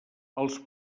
els